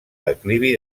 declivi